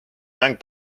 mäng